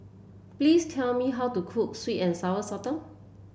please tell me how to cook sweet and Sour Sotong